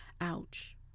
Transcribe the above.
ouch